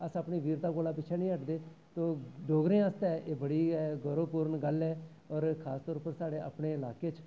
अस अपनी वीरता कोला पिच्छें निं हटदे ते डोगरें आस्तै एह् बड़ी गै गौह् आह्ली गल्ल ऐ और खासतौर उप्पर साढ़े अपने इलाके च